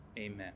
Amen